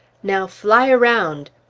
now fly around!